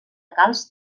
calç